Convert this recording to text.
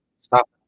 Stop